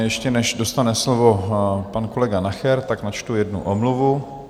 Ještě než dostane slovo pan kolega Nacher, tak načtu jednu omluvu.